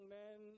men